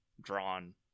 drawn